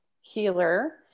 healer